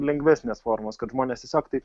lengvesnės formos kad žmonės tiesiog taip